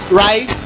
right